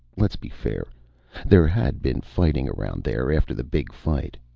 let's be fair there had been fighting around there after the big fight.